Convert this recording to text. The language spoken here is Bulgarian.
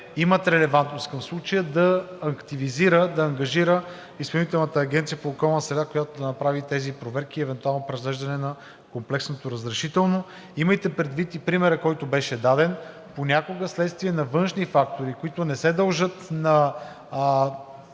имат релевантност към случая, да активизира, да ангажира Изпълнителната агенция по околна среда, която да направи тези проверки и евентуално преразглеждане на комплексното разрешително. Имайте предвид и примера, който беше даден – понякога вследствие на външни фактори, които не се дължат на